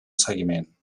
seguiment